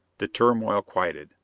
the turmoil quieted.